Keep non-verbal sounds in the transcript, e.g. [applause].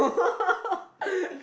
[laughs]